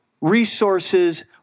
resources